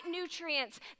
nutrients